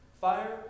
Fire